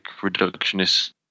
reductionist